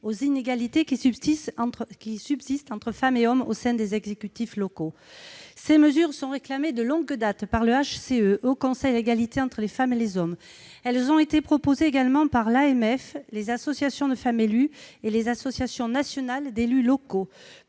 aux inégalités qui subsistent entre femmes et hommes au sein des exécutifs locaux. Ces mesures sont réclamées de longue date par le Haut Conseil à l'égalité entre les femmes et les hommes, le HCE, et également proposées par l'AMF, les associations de femmes élues et les associations nationales d'élus locaux.